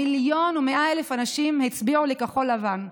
1.1 מיליון אנשים הצביעו לכחול לבן.